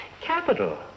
Capital